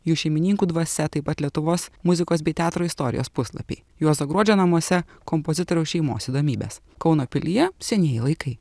jų šeimininkų dvasia taip pat lietuvos muzikos bei teatro istorijos puslapiai juozo gruodžio namuose kompozitoriaus šeimos įdomybės kauno pilyje senieji laikai